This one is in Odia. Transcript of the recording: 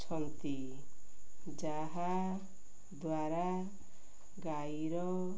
ଛନ୍ତି ଯାହାଦ୍ୱାରା ଗାଈର